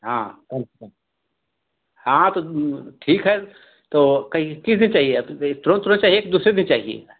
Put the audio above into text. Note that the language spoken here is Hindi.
हाँ कम से कम हाँ तो ठीक है तो कई किस दिन चाहिए या फिर ये तुरंत तुरंत चाहिए कि दुसरे दिन चाहिये